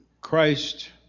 Christ